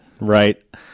Right